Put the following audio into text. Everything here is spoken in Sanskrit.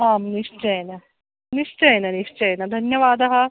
आं निश्चयेन निश्चयेन निश्चयेन धन्यवादः